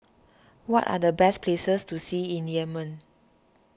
what are the best places to see in Yemen